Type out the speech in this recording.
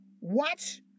Watch